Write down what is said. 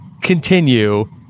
continue